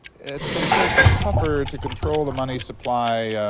it's a little tougher to control the money supply,